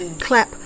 clap